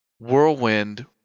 Whirlwind